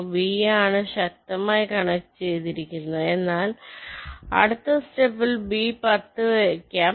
B ആണ് ശക്തമായി connect ചെയ്തിരിക്കുന്നത് അതിനാൽ അടുത്ത സ്റ്റെപ്പിൽ B10 വെക്കാം